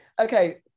Okay